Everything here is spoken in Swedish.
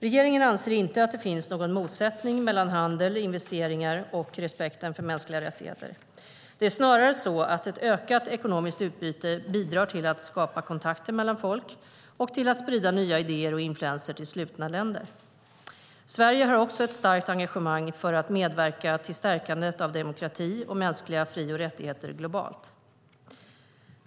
Regeringen anser inte att det finns någon motsättning mellan handel, investeringar och respekten för mänskliga rättigheter. Det är snarare så att ett ökat ekonomiskt utbyte bidrar till att skapa kontakter mellan folk och till att sprida nya idéer och influenser till slutna länder. Sverige har också ett starkt engagemang för att medverka till stärkandet av demokrati och mänskliga fri och rättigheter globalt.